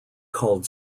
called